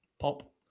Pop